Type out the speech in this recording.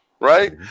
right